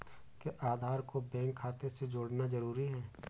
क्या आधार को बैंक खाते से जोड़ना जरूरी है?